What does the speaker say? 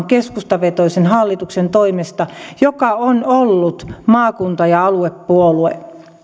keskustavetoisen hallituksen toimesta joka on ollut maakunta ja aluepuolue